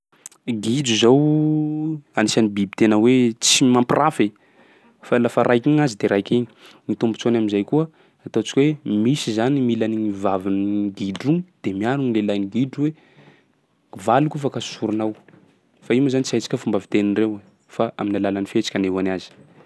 Gidro zao anisan'ny biby tena hoe tsy mampirafy e, fa lafa raiky igny gn'azy de raika igny. Ny tombotsoany am'zay koa, ataontsika hoe misy zany mila an'igny vavan'igny gidro io de mialogno lelahin'ny gidro hoe: valiko io fa ka sosoronao! Fa io moa zany tsy haintsika fomba fitenindreo, fa amin'ny alalan'ny fihetsika anehoany azy.